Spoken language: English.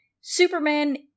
Superman